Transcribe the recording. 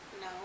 No